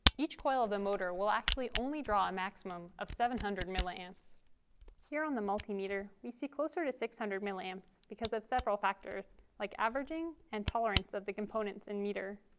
each coil of the motor will actually only draw a maximum of seven hundred ma. ah and here on the multimeter, we see closer to six hundred ma and because of several factors like averaging and tolerance of the components and meter.